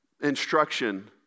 instruction